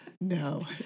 No